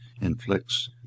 inflicts